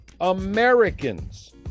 Americans